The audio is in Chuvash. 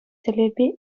тӗллевпе